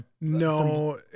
No